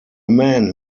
man